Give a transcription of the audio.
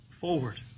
forward